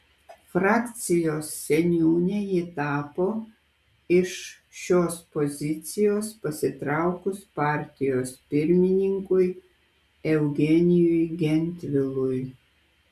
frakcijos seniūne ji tapo iš šios pozicijos pasitraukus partijos pirmininkui eugenijui gentvilui